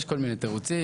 יש כל מיני תירוצים,